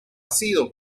sido